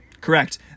Correct